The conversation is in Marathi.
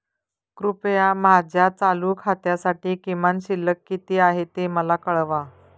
कृपया माझ्या चालू खात्यासाठी किमान शिल्लक किती आहे ते मला कळवा